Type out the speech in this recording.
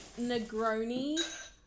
Negroni